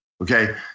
okay